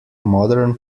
modern